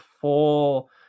full